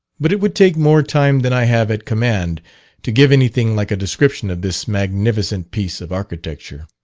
but it would take more time than i have at command to give anything like a description of this magnificent piece of architecture.